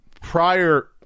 prior